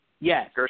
Yes